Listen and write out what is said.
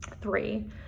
Three